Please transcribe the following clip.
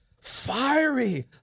fiery